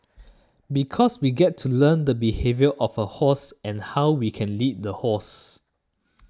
because we get to learn the behaviour of a horse and how we can lead the horse